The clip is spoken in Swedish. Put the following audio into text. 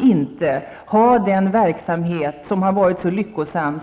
inte kan ha dagens verksamhet, som har varit så lyckosam.